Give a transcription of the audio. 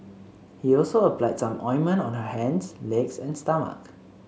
he also applied some ointment on her hands legs and stomach